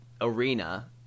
arena